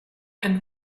and